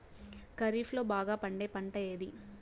ఖరీఫ్ లో బాగా పండే పంట ఏది?